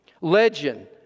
Legend